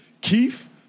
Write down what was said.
Keith